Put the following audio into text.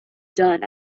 done